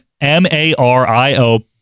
M-A-R-I-O